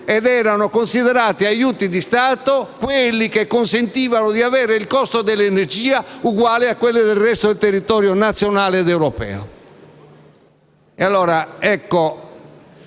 ed erano considerati aiuti di Stato quelli che consentivano di avere il costo dell'energia uguale a quello del resto del territorio nazionale ed europeo.